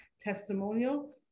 testimonial